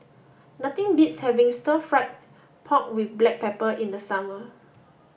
nothing beats having stir fry pork with black pepper in the summer